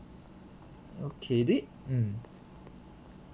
okay do y~ mm